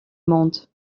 monde